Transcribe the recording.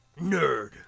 Nerd